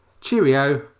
cheerio